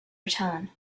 return